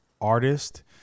artist